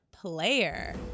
player